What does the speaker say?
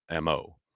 mo